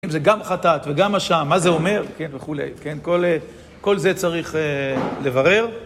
אם זה גם חתת וגם אשם, מה זה אומר, כן, וכולי, כן, כל זה צריך לברר.